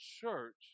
church